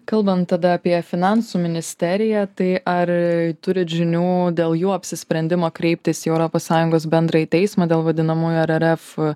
kalbant tada apie finansų ministeriją tai ar turit žinių dėl jų apsisprendimą kreiptis į europos sąjungos bendrąjį teismą dėl vadinamųjų er er ef